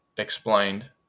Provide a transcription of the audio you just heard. explained